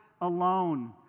alone